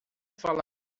fala